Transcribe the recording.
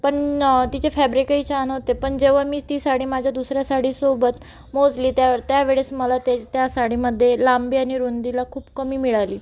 पण तिची फॅब्रिकही छान होते पण जेव्हा मी ती साडी माझ्या दुसऱ्या साडीसोबत मोजली त्या त्यावेळेस मला ते त्या साडीमध्ये लांबी आणि रुंदीला खूप कमी मिळाली